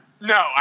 No